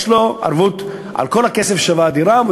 יש לו ערבות על כל הכסף שהדירה שווה,